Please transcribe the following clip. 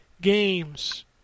games